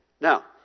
Now